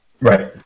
Right